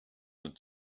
had